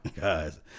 guys